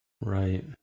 Right